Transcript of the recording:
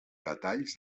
detalls